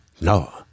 No